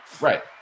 right